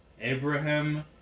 Abraham